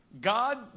God